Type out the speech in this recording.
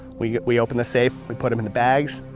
we we open the safe, we put them in the bags,